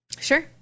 Sure